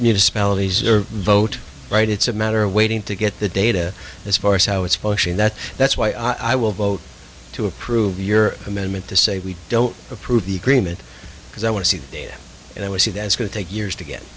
municipalities are vote right it's a matter of waiting to get the data as far as how it's pushing that that's why i will vote to approve your amendment to say we don't approve the agreement because i want to see the data and i would see that is going to take years to get